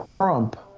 Trump